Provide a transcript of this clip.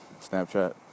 Snapchat